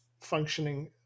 functioning